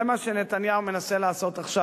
זה מה שנתניהו מנסה לעשות עכשיו,